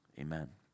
Amen